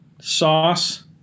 sauce